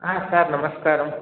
ఆ సార్ నమస్కారం